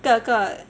各个